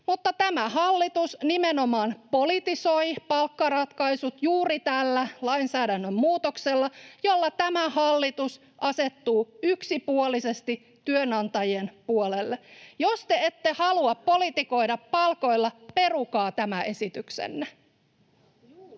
mutta tämä hallitus nimenomaan politisoi palkkaratkaisut juuri tällä lainsäädännön muutoksella, jolla tämä hallitus asettuu yksipuolisesti työnantajien puolelle. Jos te ette halua politikoida palkoilla, perukaa tämä esityksenne.